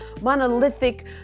monolithic